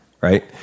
right